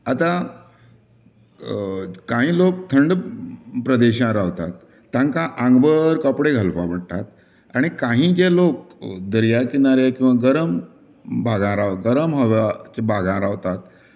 आतां कांय लोक थंड प्रदेशांत रावतात तांकां आंगभर कपडे घालपा पडटात आनी कांय जे लोक दर्या किनारेक किंवा गरम भागा रावतात गरम हवाचे भागा रावतात